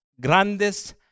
grandes